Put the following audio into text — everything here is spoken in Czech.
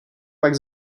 pak